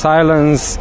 Silence